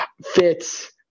fits